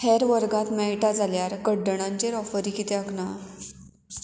हेर वर्गांत मेळटा जाल्यार कड्डणांचेर ऑफरी कित्याक ना